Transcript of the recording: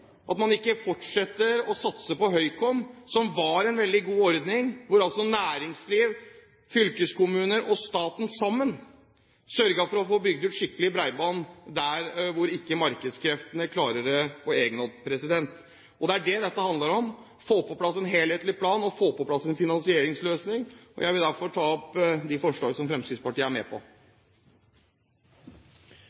at man ikke fortsetter å satse på Høykom, som var en veldig god ordning, hvor altså næringsliv, fylkeskommuner og staten sammen sørget for å få bygd ut skikkelig bredbånd der hvor ikke markedskreftene klarte det på egen hånd. Det er det dette handler om: få på plass en helhetlig plan og få på plass en finansieringsløsning. Jeg vil anbefale komiteens innstilling. Eg tek opp mindretalet sitt forslag, så er det gjort. Det er litt morosamt å høyra på